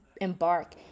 embark